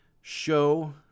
show